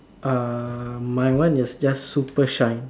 err my one is just super shine